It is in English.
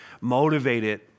motivated